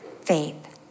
Faith